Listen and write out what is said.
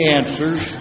answers